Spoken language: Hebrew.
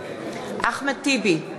אחמד טיבי,